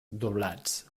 doblats